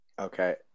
Okay